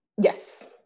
yes